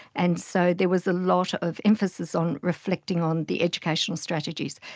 and so there was a lot of emphasis on reflecting on the educational strategies.